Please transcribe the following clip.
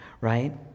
right